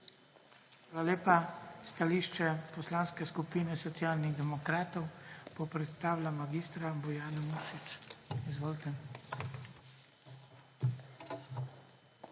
Hvala lepa. Stališče Poslanske skupine Socialnih demokratov bo predstavila mag. Bojana Muršič. Izvolite.